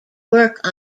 work